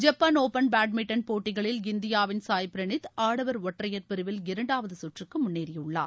Japan open badminton போட்டிகளில் இந்தியாவின் சாய் பிரனீத் ஆடவர் ஒற்றையர் பிரிவில் இரண்டாவது சுற்றுக்கு முன்னேறியுள்ளார்